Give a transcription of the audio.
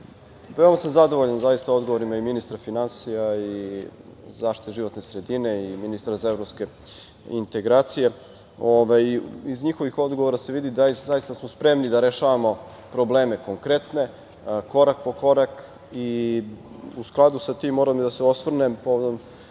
Hvala. Veoma sam zadovoljan zaista odgovorima i ministra finansija i ministra za zaštitu životne sredine i ministra za evropske integracije. Iz njihovih odgovora se vidi da smo zaista spremni da rešavamo probleme konkretne, korak po korak.U skladu sa tim, moram i da se osvrnem povodom